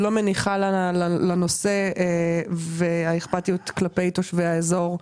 היא לא מניחה לנושא, והאכפתיות כלפי תושבי האזור.